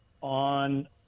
on